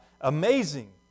amazing